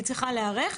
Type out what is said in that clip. היא צריכה להיערך.